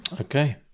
Okay